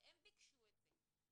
הם ביקשו את זה.